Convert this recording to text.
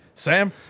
Sam